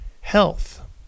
Health